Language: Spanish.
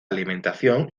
alimentación